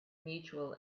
mutual